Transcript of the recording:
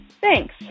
thanks